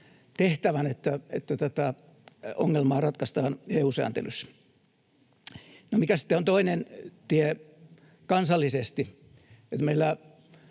tehtävän, että tätä ongelmaa ratkaistaan EU-sääntelyssä. No, mikä sitten on toinen tie, kansallisesti: